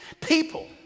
People